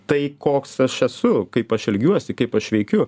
tai koks aš esu kaip aš elgiuosi kaip aš veikiu